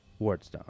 wardstone